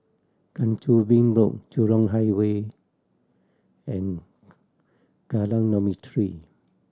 Kang Choo Bin Road Jurong Highway and Kallang Dormitory